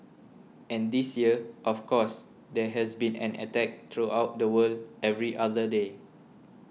and this year of course there has been an attack throughout the world every other day